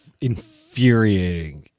infuriating